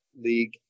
league